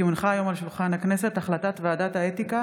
כי הונחה היום על שולחן הכנסת החלטת ועדת האתיקה